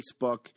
Facebook